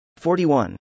41